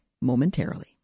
momentarily